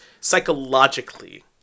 psychologically